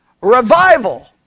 revival